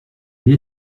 l’ai